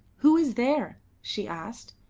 who is there? she asked,